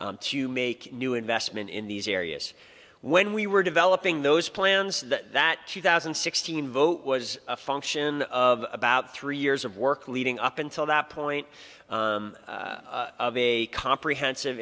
to make new investment in these areas when we were developing those plans that that two thousand and sixteen vote was a function of about three years of work leading up until that point of a comprehensive